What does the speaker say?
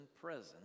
present